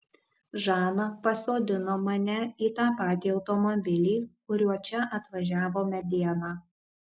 žana pasodino mane į tą patį automobilį kuriuo čia atvažiavome dieną